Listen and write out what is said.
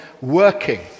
working